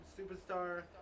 superstar